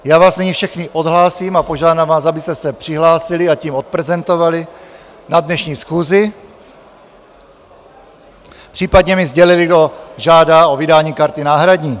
Já vás nyní všechny odhlásím a požádám vás, abyste se přihlásili, a tím odprezentovali na dnešní schůzi, případně mi sdělili, kdo žádá o vydání karty náhradní.